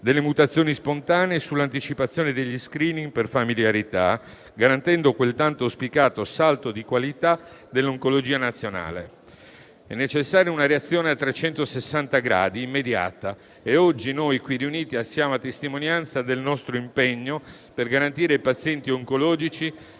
delle mutazioni spontanee e sull'anticipazione degli *screening* per familiarità, garantendo quel tanto auspicato salto di qualità dell'oncologia nazionale. È necessaria una reazione a trecentosessanta gradi immediata, e oggi noi qui riuniti siamo a testimonianza del nostro impegno per garantire ai pazienti oncologici